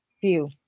view